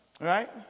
Right